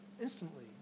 instantly